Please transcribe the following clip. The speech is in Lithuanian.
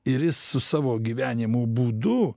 ir jis su savo gyvenimo būdu